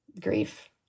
grief